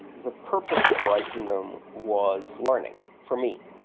the purpose of writing them was learning, for me.